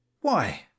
Why